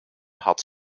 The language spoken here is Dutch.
had